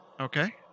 Okay